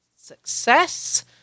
Success